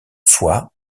fois